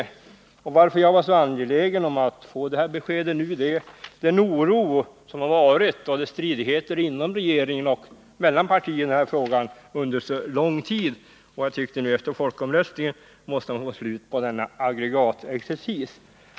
Anledningen till att jag var så angelägen om att få detta besked nu är den oro som funnits och stridigheterna inom regeringen och mellan partierna i denna fråga under så lång tid. Jag tyckte att vi efter folkomröstningen måste få ett slut på denna aggregatexercis.